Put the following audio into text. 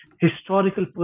historical